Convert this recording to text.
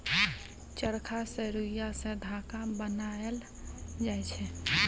चरखा सँ रुइया सँ धागा बनाएल जाइ छै